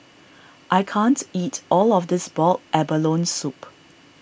I can't eat all of this Boiled Abalone Soup